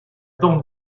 dent